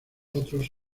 otros